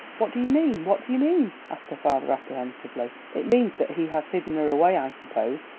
what do you mean what do you mean? asked her father apprehensively. it means that he has hidden her away, i suppose,